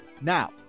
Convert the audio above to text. Now